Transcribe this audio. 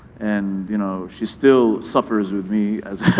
and you know she still suffers with me